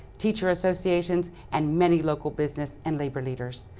teacher associations and many local business and labor leaders.